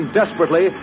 desperately